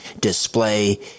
display